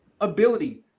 ability